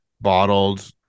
bottled